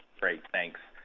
great. thanks.